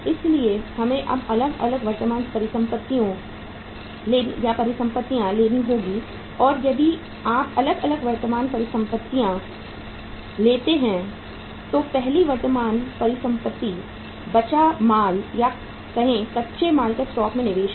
इसलिए हमें अब अलग अलग वर्तमान परिसंपत्तियां लेनी होंगी और यदि आप अलग अलग वर्तमान परिसंपत्तियां लेते हैं तो पहली वर्तमान संपत्ति बच्चा माल या कहे कच्चे माल के स्टॉक में निवेश है